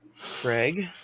craig